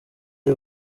ari